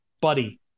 buddy